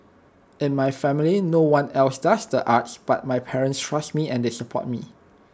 in my family no one else does the arts but my parents trust me and they support me